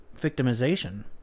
victimization